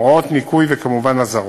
הוראות ניקוי וכמובן אזהרות.